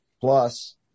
plus